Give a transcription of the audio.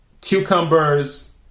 cucumbers